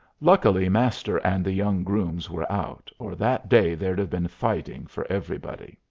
luckily master and the young grooms were out, or that day there'd have been fighting for everybody.